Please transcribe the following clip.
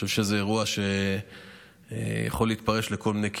חושב שזה אירוע שיכול להתפרש לכל מיני כיוונים,